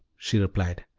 she replied,